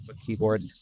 keyboard